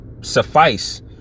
suffice